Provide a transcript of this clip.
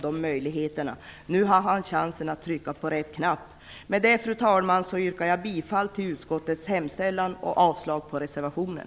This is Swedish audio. Nu har han chansen att trycka på rätt knapp. Med detta, fru talman, yrkar jag bifall till utskottets hemställan och avslag på reservationen.